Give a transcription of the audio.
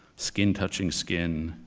skin touching skin,